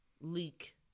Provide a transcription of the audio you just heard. leak